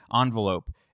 envelope